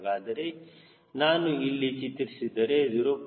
ಹಾಗಾದರೆ ನಾನು ಇಲ್ಲಿ ಚಿತ್ರಿಸಿದರೆ 0